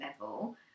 level